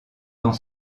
dans